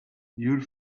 your